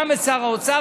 גם את שר האוצר,